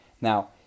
now